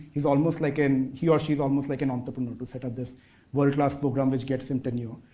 he's almost like an, he or she is almost like an entrepreneur who'll set up this world-class program which gets him tenure.